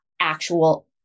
actual